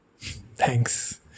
thanks